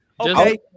okay